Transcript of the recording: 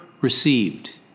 received